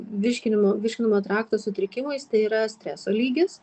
virškinimo virškinamojo trakto sutrikimais tai yra streso lygis